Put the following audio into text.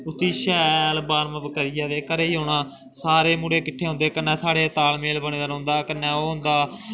उत्थें शैल बार्मअप करियै ते घरै गी औना सारे मुड़े किट्ठे होंदे कन्नै साढ़े च तालमेल बने दा रौंह्दा कन्नै ओह् होंदा